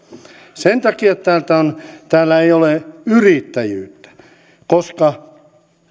sen takia täällä ei ole yrittäjyyttä koska